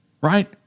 right